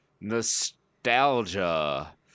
Nostalgia